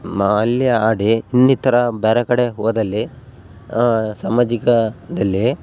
ಮಾಲ್ಯ ಆಡಿ ಇನ್ನಿತರ ಬೇರೆ ಕಡೆ ಹೋದಲ್ಲಿ ಸಾಮಾಜಿಕದಲ್ಲಿ